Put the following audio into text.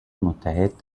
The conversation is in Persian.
متحد